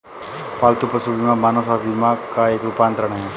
पालतू पशु बीमा मानव स्वास्थ्य बीमा का एक रूपांतर है